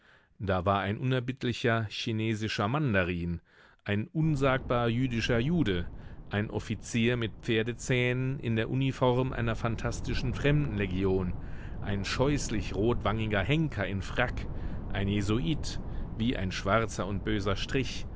da war ein unerbittlicher chinesischer mandarin ein unsagbar jüdischer jude ein offizier mit pferdezähnen in der uniform einer phantastischen fremdenlegion ein scheußlich rotwangiger henker in frack ein jesuit wie ein schwarzer und böser strich